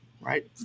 right